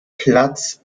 platz